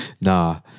Nah